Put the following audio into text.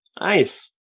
Nice